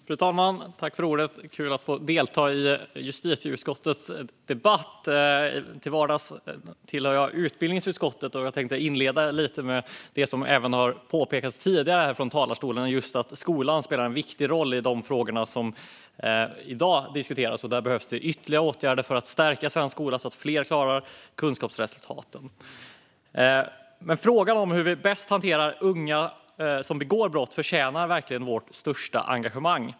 Fru talman! Det är kul att få delta i justitieutskottets debatt. Till vardags tillhör jag utbildningsutskottet. Jag tänker därför inleda lite med det som även har påpekats här tidigare: Skolan spelar en viktig roll för de frågor som diskuteras i dag. Det behövs ytterligare åtgärder för att stärka svensk skola så att fler klarar kunskapskraven. Frågan om hur vi bäst hanterar unga som begår brott förtjänar verkligen vårt största engagemang.